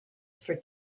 for